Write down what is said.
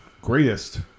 greatest